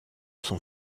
son